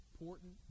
important